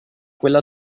quella